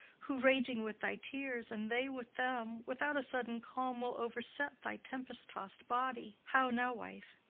who, raging with thy tears and they with them, without a sudden calm will overset thy tempest-tossed body. how now, wife?